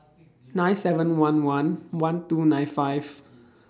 nine seven one one one two nine five